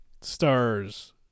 Stars